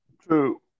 True